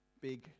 big